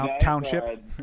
Township